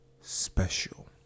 special